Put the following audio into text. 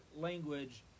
language